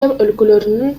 өлкөлөрүнүн